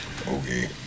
Okay